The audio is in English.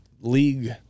league